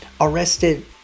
arrested